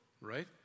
right